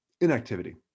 inactivity